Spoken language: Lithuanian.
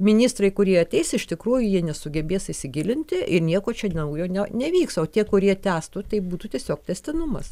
ministrai kurie ateis iš tikrųjų jie nesugebės įsigilinti ir nieko čia naujo ne nevyks o tie kurie tęstų tai būtų tiesiog tęstinumas